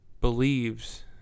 Believes